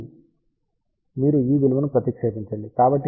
కాబట్టి మీరు ఈ విలువను ప్రతిక్షేపించండి